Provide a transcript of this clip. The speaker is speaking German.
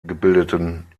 gebildeten